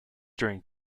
during